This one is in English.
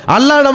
Allah